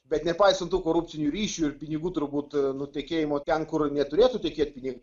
bet nepaisant tų korupcinių ryšių ir pinigų turbūt nutekėjimo ten kur neturėtų tekėt pinigai